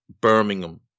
Birmingham